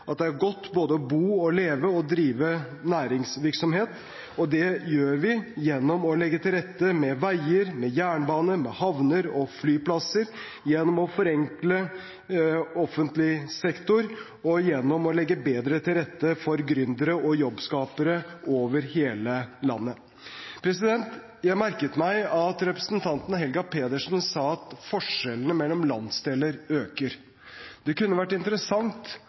at det er godt å både bo og leve og drive næringsvirksomhet, og det gjør vi gjennom å legge til rette med veier, med jernbane, med havner og flyplasser, gjennom å forenkle offentlig sektor og gjennom å legge bedre til rette for gründere og jobbskapere over hele landet. Jeg merket meg at representanten Helga Pedersen sa at forskjellene mellom landsdeler øker. Det kunne vært interessant